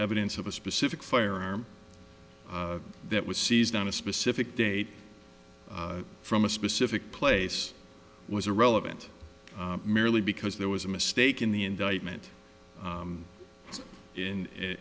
evidence of a specific firearm that was seized on a specific date from a specific place was irrelevant merely because there was a mistake in the indictment in i